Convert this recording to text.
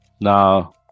Now